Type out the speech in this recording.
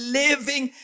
living